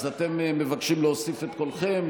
אז אתם מבקשים להוסיף את קולכם?